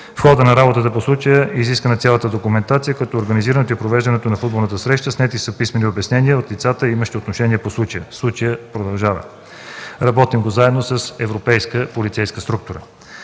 В хода на работата по случая е изискана цялата документация по организирането и провеждането на футболната среща, снети са писмени обяснения от лицата, имащи отношение по случая. Случаят продължава. Работим заедно с европейска полицейска структура.